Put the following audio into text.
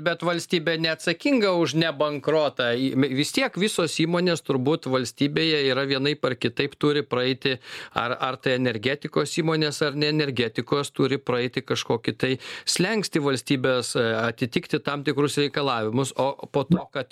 bet valstybė neatsakinga už ne bankrotą vis tiek visos įmonės turbūt valstybėje yra vienaip ar kitaip turi praeiti ar ar tai energetikos įmonės ar ne energetikos turi praeiti kažkokį tai slenkstį valstybės atitikti tam tikrus reikalavimus o po to kad